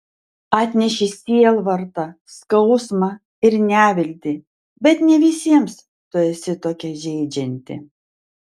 atneši sielvartą skausmą ir neviltį bet ne visiems tu esi tokia žeidžianti